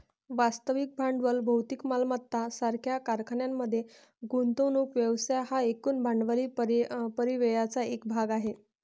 वास्तविक भांडवल भौतिक मालमत्ता सारख्या कारखान्यांमध्ये गुंतवणूक व्यवसाय हा एकूण भांडवली परिव्ययाचा एक भाग आहे